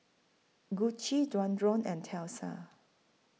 Gucci Dualtron and Tesla